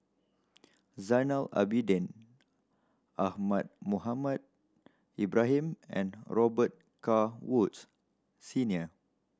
Zainal Abidin Ahmad Mohamed Ibrahim and Robet Carr Woods Senior